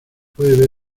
puede